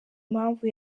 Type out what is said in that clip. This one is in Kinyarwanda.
mpamvu